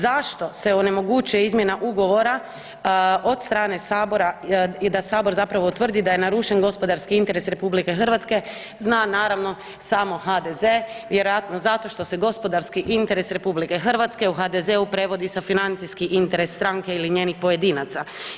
Zašto se ne omogući izmjena ugovora od strane Sabora i da Sabor utvrdi da je narušen gospodarski interes RH, zna naravno samo HDZ vjerojatno zato što se gospodarski interes RH u HDZ-u prevodi sa financijski interes stranke ili njenih pojedinaca.